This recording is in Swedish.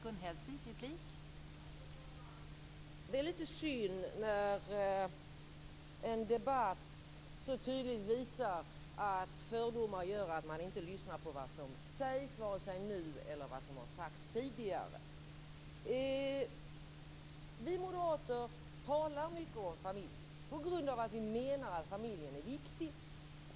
Fru talman! Det är lite synd när en debatt så tydligt visar att fördomar gör att man inte lyssnat på vad som sagts vare sig nu eller tidigare. Vi moderater talar mycket om familjen på grund av att vi menar att familjen är viktig.